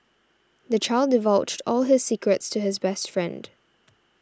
the child divulged all his secrets to his best friend